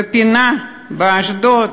בפינה באשדוד,